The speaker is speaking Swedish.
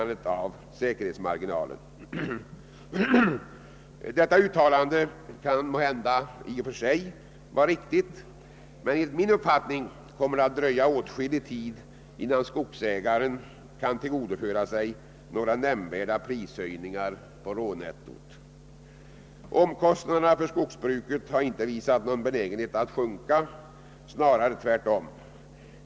Detta uttalande kan måhända i och för sig vara riktigt, men enligt min uppfattning kommer det att dröja åtskillig tid innan skogsägaren kan tillgodogöra sig några nämnvärda prishöjningar på rånettot. Omkostnaderna för skogsbruket har inte visat någon benägenhet att sjunka; snarare tvärtom.